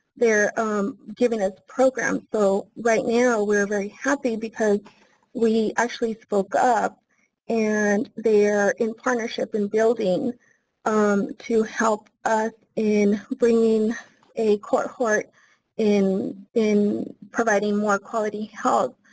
they're giving us programs. so right now, we're really happy because we actually spoke up and they're in partnership in building um to help us in bringing a cohort in in providing more quality help.